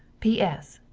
p s.